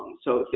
um so,